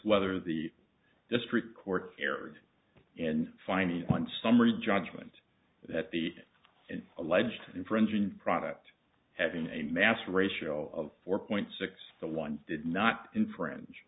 whether the district court erred in finding one summary judgment that the an alleged infringing product having a mass ratio of four point six to one did not infringe